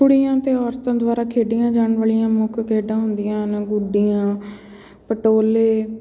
ਕੁੜੀਆਂ ਅਤੇ ਔਰਤਾਂ ਦੁਆਰਾ ਖੇਡੀਆਂ ਜਾਣ ਵਾਲੀਆਂ ਮੁੱਖ ਖੇਡਾਂ ਹੁੰਦੀਆਂ ਹਨ ਗੁੱਡੀਆਂ ਪਟੋਲੇ